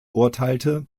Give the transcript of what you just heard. urteilte